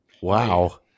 Wow